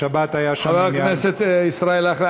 חבר הכנסת ישראל אייכלר,